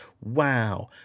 Wow